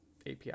API